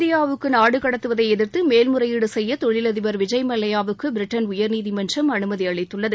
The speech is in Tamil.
இந்தியாவுக்கு நாடு கடத்துவதை எதிர்த்து மேல்முறையீடு செய்ய தொழிலதிபர் விஜய் மல்லையாவுக்கு பிரிட்டன் உயர்நீதிமன்றம் அனுமதி அளித்துள்ளது